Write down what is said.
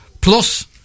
plus